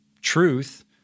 truth